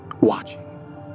watching